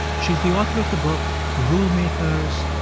she's the author of the book rule makers,